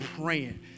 praying